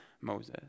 Moses